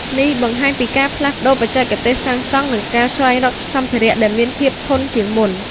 នេះបង្ហាញពីការផ្លាស់ប្តូរបច្ចេកទេសសាងសង់ និងការស្វែងរកសម្ភារៈដែលមានភាពធន់ជាងមុន។